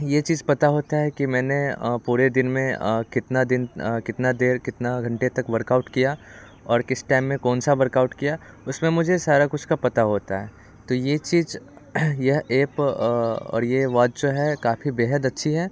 ये चीज पता होता है कि मैंने पूरे दिन में कितना दिन कितना देर कितना घंटे तक वर्कआउट किया और किस टाइम में कौन सा वर्कआउट किया उसमें मुझे सारा कुछ का पता होता है तो ये चीज यह ऐप और ये वॉच जो है काफ़ी बेहद अच्छी है